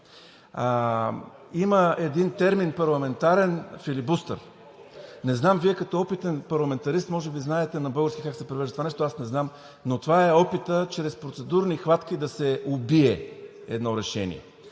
има един парламентарен термин filibuster. Не знам, Вие като опитен парламентарист може би знаете на български как се превежда това нещо, аз не знам, но това е опитът чрез процедурни хватки да се убие едно решение.